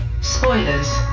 Spoilers